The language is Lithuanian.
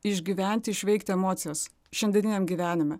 išgyventi išveikt emocijas šiandieniniam gyvenime